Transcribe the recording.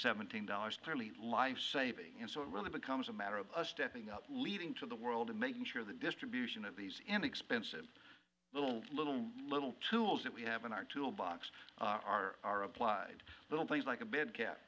seventeen dollars clearly life saving and so it really becomes a matter of stepping up leading to the world and making sure the distribution of these inexpensive little little little tools that we have in our tool box are our applied little things like a big cat